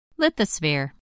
Lithosphere